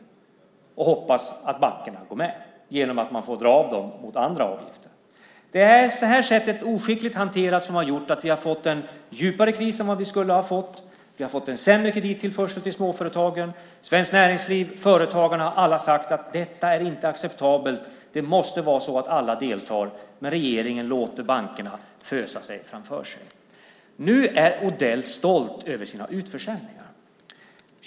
Regeringen hoppas att bankerna går med genom att de får dra av dem mot andra avgifter. Det är det här oskickliga hanterandet som har gjort att vi har fått en djupare kris än vad vi skulle ha fått. Vi har fått en sämre kredittillförsel till småföretagen. Svenskt Näringsliv och Företagarna har sagt att detta inte är acceptabelt och att alla måste delta. Men regeringen låter bankerna fösa regeringen framför sig. Nu är Odell stolt över sina utförsäljningar.